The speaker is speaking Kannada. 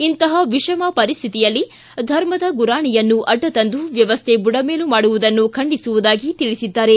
ಇಂತಹ ವಿಷಮ ಪರಿಸ್ಥಿತಿಯಲ್ಲಿ ಧರ್ಮದ ಗುರಾಣಿಯನ್ನು ಅಡ್ಡ ತಂದು ವ್ಯವಸ್ಥೆ ಬುಡಮೇಲು ಮಾಡುವುದನ್ನು ಖಂಡಿಸುವುದಾಗಿ ತಿಳಿಸಿದ್ದಾರೆ